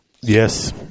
Yes